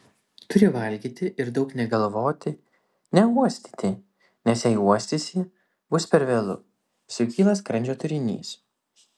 turi valgyti ir daug negalvoti neuostyti nes jei uostysi bus per vėlu sukyla skrandžio turinys